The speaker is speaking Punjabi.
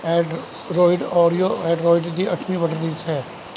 ਐਂਡਰੋਇਡ ਓਰੀਓ ਐਂਡਰੋਇਡ ਦੀ ਅੱਠਵੀਂ ਵੱਡੀ ਰਿਲੀਜ਼ ਹੈ